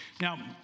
Now